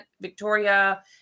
victoria